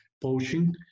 poaching